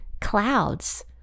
clouds